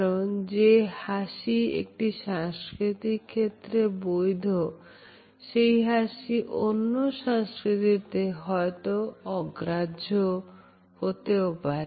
কারণ যে হাসি একটি সংস্কৃতির ক্ষেত্রে বৈধ সেই হাসি অন্য সংস্কৃতিতে হয়তো অগ্রাহ্য করে